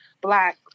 black